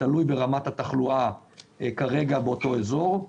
תלוי ברמת התחלואה כרגע באותו אזור,